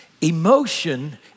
emotion